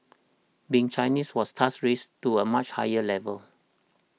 being Chinese was thus raised to a much higher level